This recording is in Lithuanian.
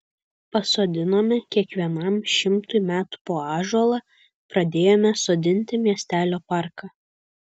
pasodinome kiekvienam šimtui metų po ąžuolą pradėjome sodinti miestelio parką